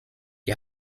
die